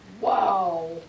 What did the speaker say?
wow